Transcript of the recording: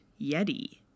Yeti